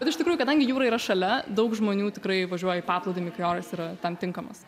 bet iš tikrųjų kadangi jūra yra šalia daug žmonių tikrai važiuoja paplūdimį kai oras yra tam tinkamas